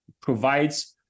provides